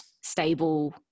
stable